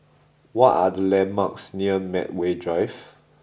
what are the landmarks near Medway Drive